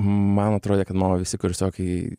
man atrodė kad mano visi kursiokai